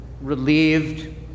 relieved